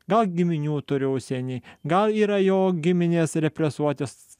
gal giminių turi užsieny gal yra jo giminės represuoti